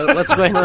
what's going on